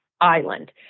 Island